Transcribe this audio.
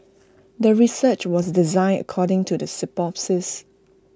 the research was designed according to the hypothesis